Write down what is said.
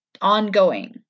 ongoing